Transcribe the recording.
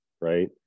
Right